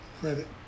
credit